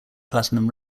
platinum